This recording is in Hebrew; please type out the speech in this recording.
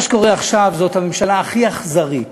מה שקורה עכשיו הוא שזאת הממשלה הכי אכזרית